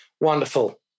wonderful